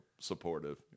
supportive